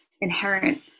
inherent